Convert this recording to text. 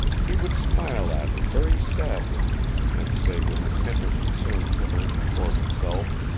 he would smile at her very sadly and say with a tender concern for her before himself,